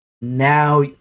now